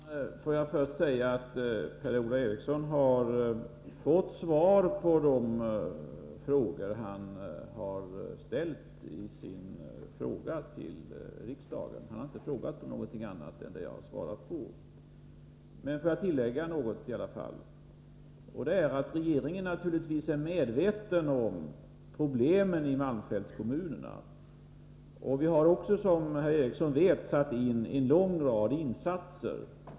Herr talman! Får jag först säga att Per-Ola Eriksson har fått svar på de frågor han har ställt. Han har inte frågat om någonting annat än det jag har svarat på. Låt mig emellertid tillägga någonting i alla fall. Regeringen är naturligtvis medveten om problemen i malmfältskommunerna. Vi har också, som herr Eriksson vet, gjort en lång rad insatser.